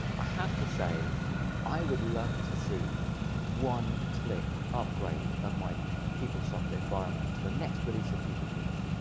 i have to say i would love to see one click upgrade of my peoplesoft environment to the next release of peopletools